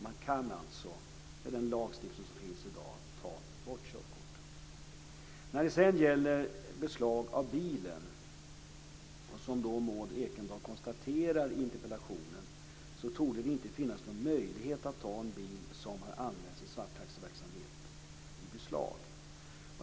Man kan alltså med den lagstiftning som finns i dag ta bort körkortet. När det sedan gäller beslag av bilen torde det, som Maud Ekendahl konstaterar i interpellationen, inte finnas någon möjlighet att ta en bil som har använts i svarttaxiverksamhet i beslag.